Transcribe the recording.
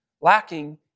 lacking